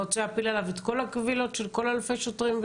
אתה רוצה להפיל עליו את כל הקבילות של כל אלפי השוטרים?